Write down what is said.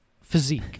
physique